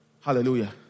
Hallelujah